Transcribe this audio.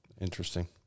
Interesting